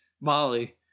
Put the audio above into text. Molly